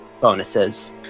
bonuses